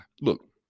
Look